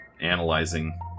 analyzing